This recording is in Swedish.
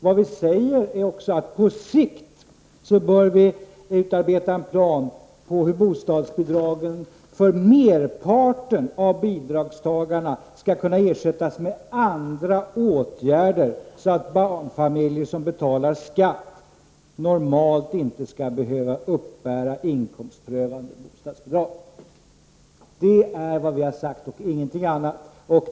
Vad vi säger är att vi på sikt bör utarbeta en plan för hur bostadsbidragen för merparten av bidragstagare skall kunna ersättas med andra åtgärder, så att barnfamiljer som betalar skatter normalt inte skall behöva uppbära inkomstprövade bostadsbidrag. Det är vad vi har sagt, ingenting annat.